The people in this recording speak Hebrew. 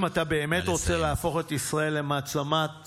אם אתה באמת רוצה להפוך את ישראל למעצמת